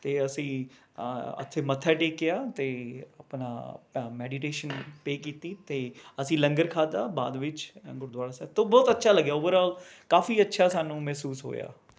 ਅਤੇ ਅਸੀਂ ਉੱਥੇ ਮੱਥਾ ਟੇਕਿਆ ਅਤੇ ਆਪਣਾ ਮੈਡੀਟੇਸ਼ਨ ਪੇਅ ਕੀਤੀ ਅਤੇ ਅਸੀਂ ਲੰਗਰ ਖਾਧਾ ਬਾਅਦ ਵਿੱਚ ਗੁਰਦੁਆਰਾ ਸਾਹਿਬ ਤੋਂ ਬਹੁਤ ਅੱਛਾ ਲੱਗਿਆ ਔਵਰਆਲ ਕਾਫੀ ਅੱਛਾ ਸਾਨੂੰ ਮਹਿਸੂਸ ਹੋਇਆ